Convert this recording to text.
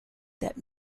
that